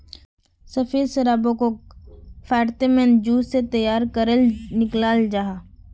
सफ़ेद शराबोक को फेर्मेंतेद जूस से तैयार करेह निक्लाल जाहा